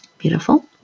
beautiful